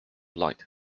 light